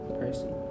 person